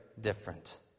different